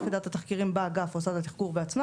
יחידת התחקירים באגף עושה את התחקור בעצמה